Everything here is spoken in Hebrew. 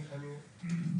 בבקשה,